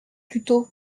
plutôt